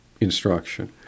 instruction